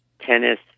Tennis